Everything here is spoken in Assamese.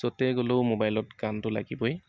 য'তে গ'লেও মোবাইলত গানটো লাগিবই